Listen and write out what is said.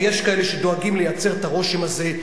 ויש כאלה שדואגים לייצר את הרושם הזה,